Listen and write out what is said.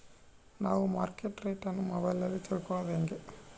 ನಾವು market rate ಅನ್ನು ಮೊಬೈಲಲ್ಲಿ ತಿಳ್ಕಳೋದು ಹೇಗೆ?